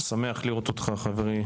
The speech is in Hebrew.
אני שמח לראות אותך חברי,